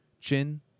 chin